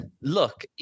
look